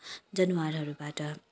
जनवारहरूबाट